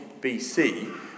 BC